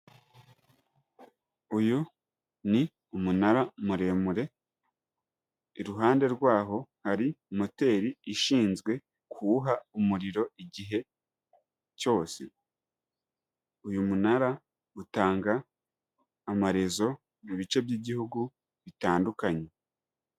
Uyu ni umunara muremure, iruhande rwaho hari moteri ishinzwe kuwuha umuriro igihe cyose. Uyu munara utanga amarezo mu bice by'igihugu bitandukanye.